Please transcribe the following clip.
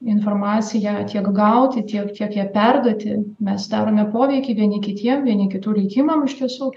informaciją tiek gauti tiek tiek ją perduoti mes darome poveikį vieni kitiem vieni kitų likimam iš tiesų